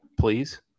please